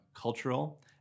cultural